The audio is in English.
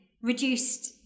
reduced